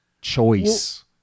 choice